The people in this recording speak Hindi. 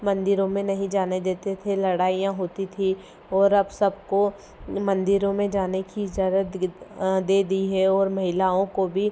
मंदिरों में नही जाने देते थे लड़ाईयाँ होती थी और अब सबको मंदिरों में जाने की इजाजत दे दी है और महिलाओं को भी